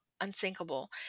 Unsinkable